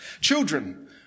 Children